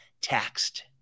taxed